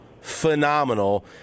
phenomenal